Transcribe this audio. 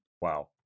Wow